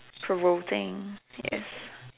provoking yes